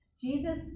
Jesus